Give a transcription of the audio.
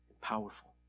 powerful